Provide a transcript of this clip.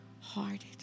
hearted